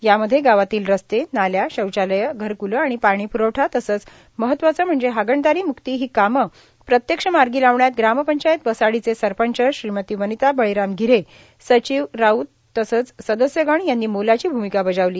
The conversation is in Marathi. यामध्ये गावातील रस्ते नाल्या शौचालयं घरकूलं आणि पाणी प्रवठा तसंच महत्वाचं म्हणजे हागणदारी मुक्ती ही कामं प्रत्यक्ष मार्गी लावण्यात ग्रामपंचायत वसाडीचे सरपंच श्रीमती वनिता बळीराम गिऱ्हे सचिव राऊत तसंच सदस्यगण यांनी मोलाची भूमिका बजावली